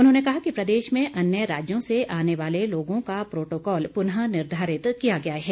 उन्होंने कहा कि प्रदेश में अन्य राज्यों से आने वाले लोगों का प्रोटोकॉल पुनः निर्धारित किया गया है